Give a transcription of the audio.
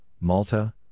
Malta